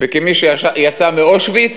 וכמי שיצא מאושוויץ,